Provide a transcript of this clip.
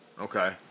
Okay